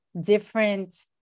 different